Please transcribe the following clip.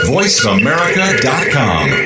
VoiceAmerica.com